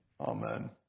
Amen